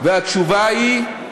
והתשובה היא: